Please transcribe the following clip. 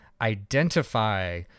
identify